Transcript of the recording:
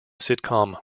sitcom